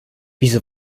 wieso